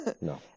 No